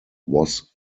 was